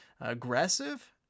aggressive